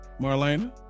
Marlena